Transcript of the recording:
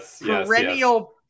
perennial